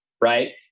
right